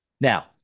now